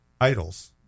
idols